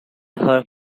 her